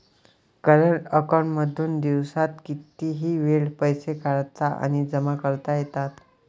current account मधून दिवसात कितीही वेळ पैसे काढता आणि जमा करता येतात